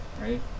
right